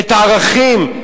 את הערכים,